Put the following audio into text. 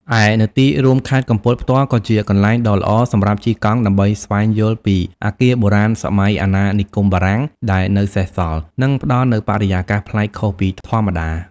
ឯ នៅទីរួមខេត្តកំពតផ្ទាល់ក៏ជាកន្លែងដ៏ល្អសម្រាប់ជិះកង់ដើម្បីស្វែងយល់ពី អគារបុរាណសម័យអាណានិគមបារាំង ដែលនៅសេសសល់ និងផ្តល់នូវបរិយាកាសប្លែកខុសពីធម្មតា។